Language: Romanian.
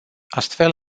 astfel